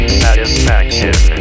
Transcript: satisfaction